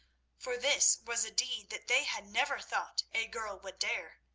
for this was a deed that they had never thought a girl would dare.